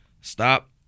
stop